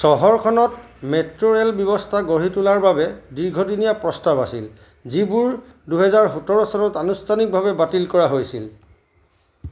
চহৰখনত metro rail ব্যৱস্থা গঢ়ি তোলাৰ বাবে দীৰ্ঘদিনীয়া প্ৰস্তাৱ আছিল যিবোৰ দুহেজাৰ সোতৰ চনত আনুষ্ঠানিকভাৱে বাতিল কৰা হৈছিল